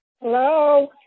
Hello